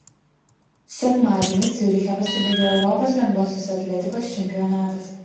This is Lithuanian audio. sekmadienį ciuriche pasibaigė europos lengvosios atletikos čempionatas